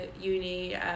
uni